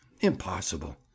Impossible